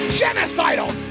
genocidal